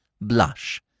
blush